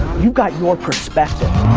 you've got your perspective